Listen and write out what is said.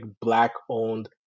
Black-owned